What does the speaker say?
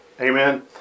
Amen